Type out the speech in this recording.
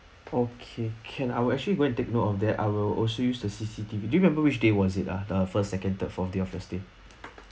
okay can I will actually go and take note on that I will also use the C_C_T_V do you remember which day was it ah the first second third fourth days of your stay